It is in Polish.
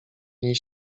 niej